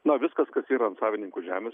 na viskas kas yra ant savininkų žemės